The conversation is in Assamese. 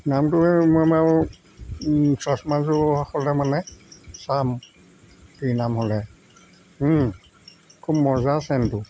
নামটোহে মানে আও চছমাযোৰ হ'লে মানে চাম কি নাম হ'লে খুব মজা চেণ্টটো